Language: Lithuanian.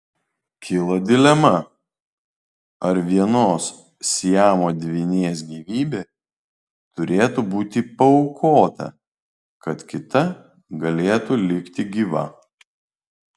kilo dilema ar vienos siamo dvynės gyvybė turėtų būti paaukota kad kita galėtų likti gyva